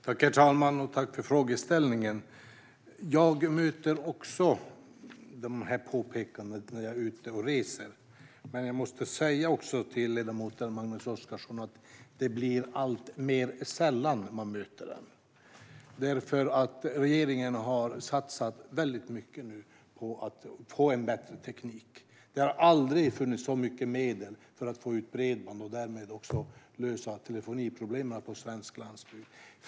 Herr talman! Tack för frågeställningen! Jag möter också dessa påpekanden när jag är ute och reser. Men jag måste säga till ledamoten Magnus Oscarsson att jag möter dem alltmer sällan. Regeringen har nu nämligen satsat mycket på en bättre teknik. Det har aldrig funnits så mycket medel till att få ut bredband och därmed lösa telefoniproblemen på svensk landsbygd.